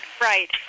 Right